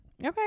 Okay